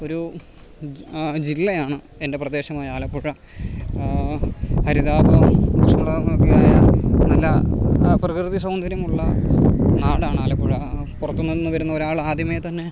ഒരു ജില്ലയാണ് എൻ്റെ പ്രദേശമായ ആലപ്പുഴ ഹരിതാഭ ഊഷ്മള യായ നല്ല പ്രകൃതി സൗന്ദര്യമുള്ള നാടാണാലപ്പുഴ പുറത്തുനിന്നു വരുന്ന ഒരാളാദ്യമേ തന്നെ